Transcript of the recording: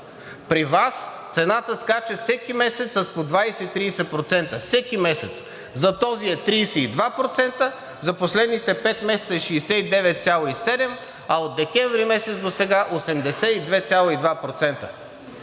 При Вас цената скача всеки месец с по 20 – 30% . Всеки месец! За този е 32%, за последните пет месеца е 69%, а от месец декември досега – 82,2%.